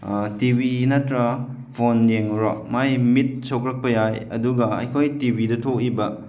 T V ꯅꯠꯇ꯭ꯔꯒ phone ꯌꯦꯡꯉꯨꯔꯣ ꯃꯥꯏ ꯃꯤꯠ ꯁꯣꯛꯂꯛꯄ ꯌꯥꯏ ꯑꯗꯨꯒ ꯑꯩꯈꯣꯏ ꯇꯤꯚꯤꯗ ꯊꯣꯛꯏꯕ